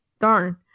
Darn